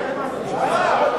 פסולה,